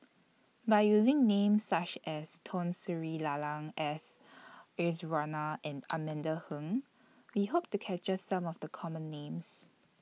By using Names such as Tun Sri Lanang S Iswaran and Amanda Heng We Hope to capture Some of The Common Names